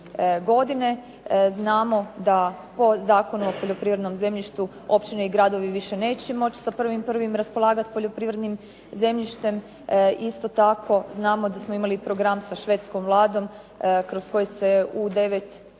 godine. Znamo da po Zakonu o poljoprivrednom zemljištu općine i gradovi više neće moći sa 1. 1. raspolagati poljoprivrednim zemljištem. Isto tako znamo da smo imali program sa švedskom vladom kojim se u 9